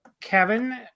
Kevin